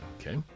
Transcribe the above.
Okay